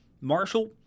Marshall